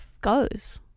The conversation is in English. goes